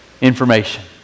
information